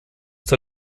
der